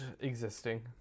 Existing